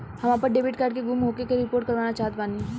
हम आपन debit card के गुम होखे के रिपोर्ट करवाना चाहत बानी